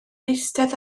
eistedd